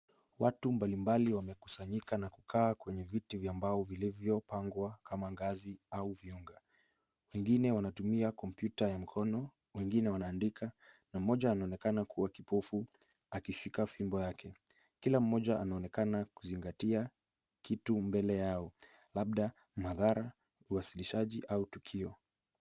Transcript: Watu mbalimbali wamekusanyika na kukaa kwenye viti vya mbao vilivyopangwa kama ngazi au viunga. Wengine wanatumia kompyuta ya mkono, wengine wanaandika na mmoja anaonekana kuwa kipofu akishika fimbo yake. Kila mmoja anaonekana kuzingatia kitu mbele yao, labda madhara, uwasilishaji au tukio.